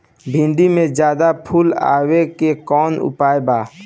भिन्डी में ज्यादा फुल आवे के कौन उपाय बा?